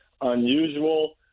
unusual